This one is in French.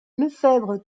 lefebvre